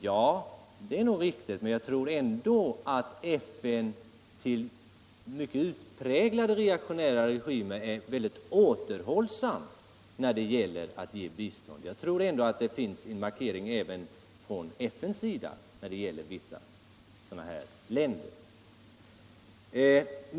Ja, det är nog riktigt, men jag tror ändå att FN är mycket återhållsam i fråga om att ge bistånd till utpräglat reaktionära regimer — det finns en markering från FN:s sida när det gäller vissa sådana länder.